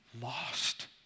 lost